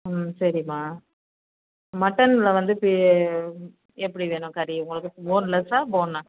ம் சரிமா மட்டனில் வந்து பே எப்படி வேணும் கறி உங்களுக்கு போன்லெஸ்ஸாக போனாக